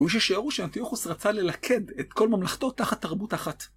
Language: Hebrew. היו ששיערו שאנטיוכוס רצה ללכד את כל ממלכתו תחת תרבות אחת.